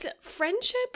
friendship